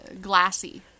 glassy